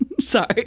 Sorry